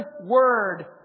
word